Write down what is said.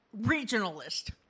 regionalist